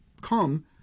come